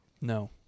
No